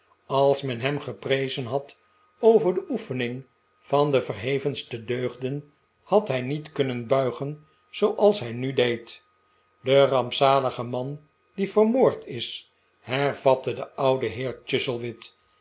als men hem geprezen had over de beoefening van de verhevenste deugden had hij niet kunnen buigen zooals hij nu deed de rampzalige man die vermoord is hervatte de oude